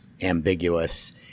ambiguous